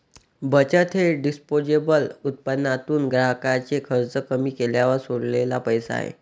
बचत हे डिस्पोजेबल उत्पन्नातून ग्राहकाचे खर्च कमी केल्यावर सोडलेला पैसा आहे